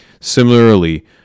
Similarly